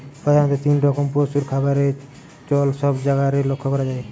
প্রধাণত তিন রকম পশুর খাবারের চল সব জায়গারে লক্ষ করা যায়